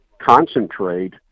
concentrate